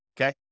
okay